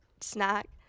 snack